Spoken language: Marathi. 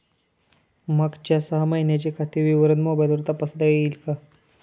मागच्या सहा महिन्यांचे खाते विवरण मोबाइलवर तपासता येईल का?